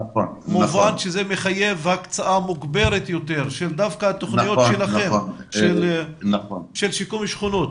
מה שמחייב הקצאה מוגברת יותר ודווקא הפעלת תכניות שלכם של שיקום שכונות,